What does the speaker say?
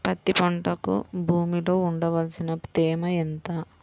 పత్తి పంటకు భూమిలో ఉండవలసిన తేమ ఎంత?